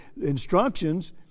instructions